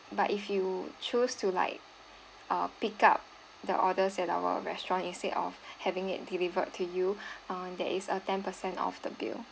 but if you choose to like uh pick up the orders at our restaurants instead of having it delivered to you uh there is a ten percent off the bill